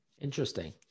interesting